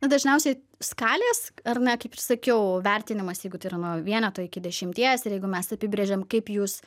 na dažniausiai skalės ar ne kaip ir sakiau vertinimas jeigu tai yra nuo vieneto iki dešimties ir jeigu mes apibrėžiam kaip jūs